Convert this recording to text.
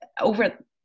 over